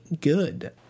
good